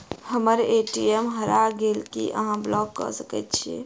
हम्मर ए.टी.एम हरा गेल की अहाँ ब्लॉक कऽ सकैत छी?